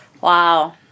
wow